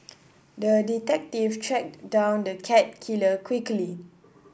the detective tracked down the cat killer quickly